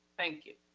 thank you.